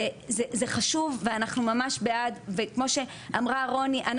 זה חשוב ואנחנו ממש בעד וכמו שאמרה רוני,